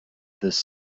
this